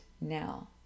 now